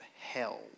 hell